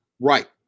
Right